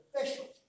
officials